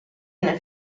nel